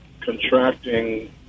contracting